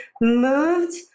moved